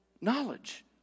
knowledge